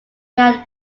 had